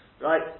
Right